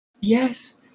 Yes